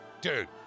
dude